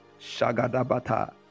Shagadabata